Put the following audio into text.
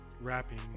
rapping